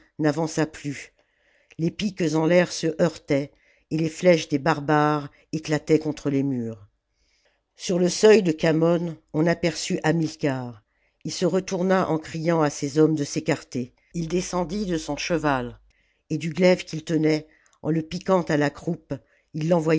n'avança plus les piques en l'air se heurtaient et les flèches des barbares éclataient contre les murs sur le seuil de khamon on aperçut hamilcar ii se retourna en criant à ses hommes de s'écarter ii descendit de son cheval et du glaive qu'il tenait en le piquant à la croupe il